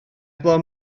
heblaw